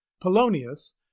Polonius